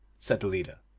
said the leader,